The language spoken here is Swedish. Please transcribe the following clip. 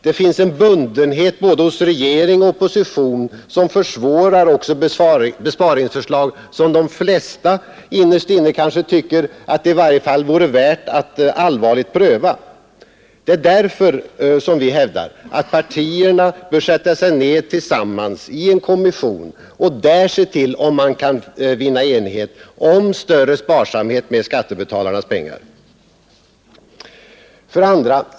Det finns en bundenhet både hos regering och opposition som försvårar också besparingsförslag som de flesta innerst inne kanske tycker att det i varje fall vore värt att allvarligt pröva. Det är därför vi hävdar, att partierna bör sätta sig ned tillsammans i en kommission och där se till om man kan vinna enighet om större sparsamhet med skattebetalarnas pengar. 2.